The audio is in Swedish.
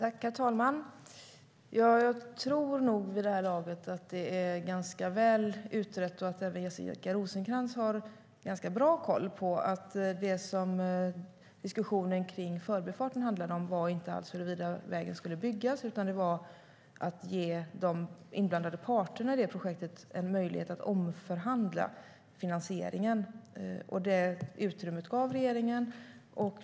Herr talman! Jag tror nog vid det här laget att det är ganska väl utrett och att även Jessica Rosencrantz har ganska bra koll på att det som diskussionen kring Förbifarten handlade om inte alls var huruvida vägen skulle byggas, utan det var att ge de inblandade parterna i det projektet en möjlighet att omförhandla finansieringen. Det utrymmet gav regeringen.